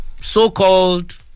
so-called